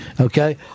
okay